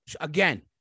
Again